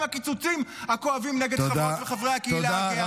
עם הקיצוצים הכואבים נגד חברות וחברי הקהילה הגאה.